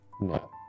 no